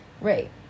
Right